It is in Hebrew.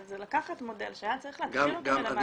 זה לקחת מודל שהיה צריך להתחיל אותו מלמטה,